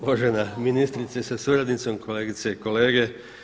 Uvažena ministrice sa suradnicom, kolegice i kolege.